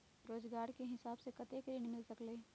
रोजगार के हिसाब से कतेक ऋण मिल सकेलि?